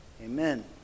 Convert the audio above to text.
Amen